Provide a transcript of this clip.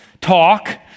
talk